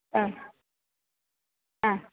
ആ ആ